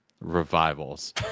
revivals